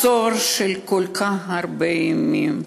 מצור של כל כך הרבה ימים,